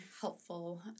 helpful